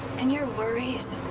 and your worries